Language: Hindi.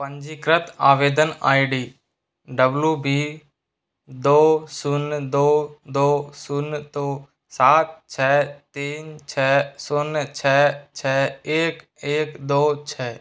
पंजीकृत आवेदन आई डी डबल्यू बी दो शून्य दो दो शून्य दौ सात छ तीन छ शून्य छ छ एक एक दो छ